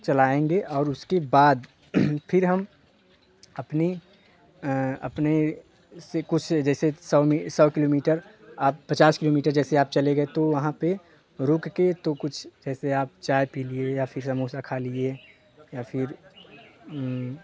चलाएँगे और उसके बाद फिर हम अपनी अपने से कुछ जैसे सौ किलोमीटर आप पचास किलोमीटर जैसे आप चले गए तो वहाँ रुककर तो कुछ जैसे चाय पी लिए या फ़िर समोसा खा लिए या फ़िर